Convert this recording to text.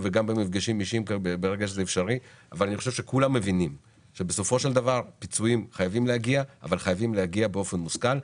כולם מבינים שהפיצויים חייבים להגיע באופן מושכל,